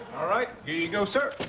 all right, here you go, sir.